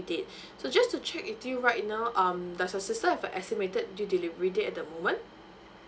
date so just to check with you right now um does your sister have the estimated due delivery date at the moment